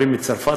עולים מצרפת,